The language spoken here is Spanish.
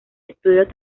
estudios